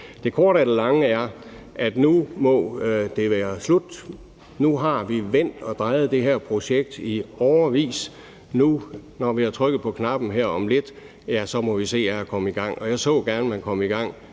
Det korte af det lange er, at nu må det være slut. Nu har vi vendt og drejet det her projekt i årevis. Når vi har trykket på knappen her om lidt, må vi se at komme i gang. Jeg så gerne, at man kom i gang